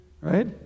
Right